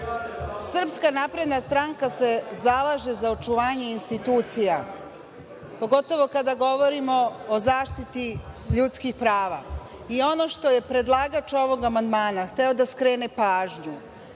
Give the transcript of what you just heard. napredna stranka se zalaže za očuvanje institucija, pogotovo kada govorimo o zaštiti ljudskih prava i ono na šta je predlagač ovog amandmana hteo da skrene pažnju